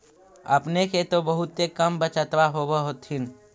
अपने के तो बहुते कम बचतबा होब होथिं?